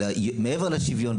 אלא מעבר לשוויון,